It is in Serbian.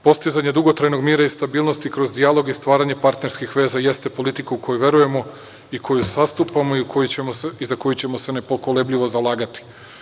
Postizanje dugotrajnog mira i stabilnosti kroz dijalog i stvaranje partnerskih veza jeste politika u koju verujemo i koju zastupamo i za koju ćemo se nepokolebljivo zalagati.